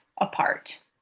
apart